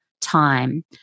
time